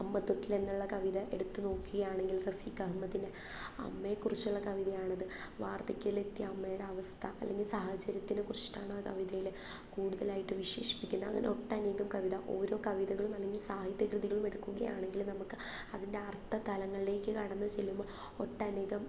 അമ്മത്തൊട്ടിലെന്നുള്ള കവിത എടുത്തുനോക്കുകയാണെങ്കിൽ റഫീക്ക് അഹമ്മദിന് അമ്മയെക്കുറിച്ചുള്ള കവിതയാണിത് വാർദ്ധക്യത്തിലെത്തിയ അമ്മയുടെ അവസ്ഥ അല്ലെങ്കിൽ സാഹചര്യത്തിനെക്കുറിച്ചിട്ടാണ് ആ കവിതയില് കൂടുതലായിട്ട് വിശേഷിപ്പിക്കുന്ന അങ്ങനെ ഒട്ടനേകം കവിത ഓരോ കവിതകളും അല്ലെങ്കിൽ സാഹിത്യ കൃതികളും എടുക്കുകയാണെങ്കില് നമുക്ക് അതിൻ്റെ അർത്ഥ തലങ്ങളിലേക്ക് കടന്നു ചെല്ലുമ്പോൾ ഒട്ടനേകം